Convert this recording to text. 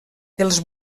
els